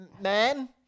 man